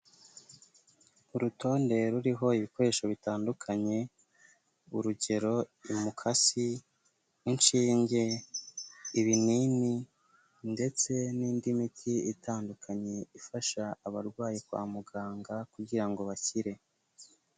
Urutonde ruriho ibikoresho bitandukanye urugero umukasi, inshinge, ibinini ndetse n'indi miti itandukanye ifasha abarwayi kwa muganga kugira ngo bakire.